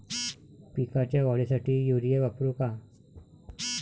पिकाच्या वाढीसाठी युरिया वापरू का?